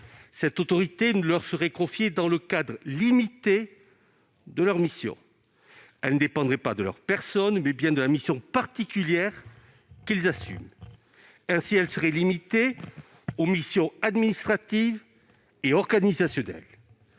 Cette autorité leur serait confiée dans le cadre limité de leur mission. Elle dépendrait non pas de leur personne, mais bien de la mission particulière qu'ils assument. Ainsi, elle serait limitée aux missions administratives et organisationnelles.